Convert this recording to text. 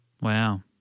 Wow